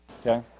Okay